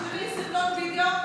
תשלחי לי סרטוני וידיאו,